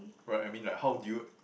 right I mean like how do you